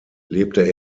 lebte